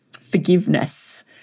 forgiveness